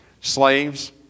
Slaves